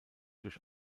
durch